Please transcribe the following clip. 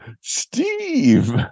Steve